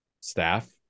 staff